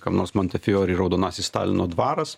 kam nors monte fijori raudonasis stalino dvaras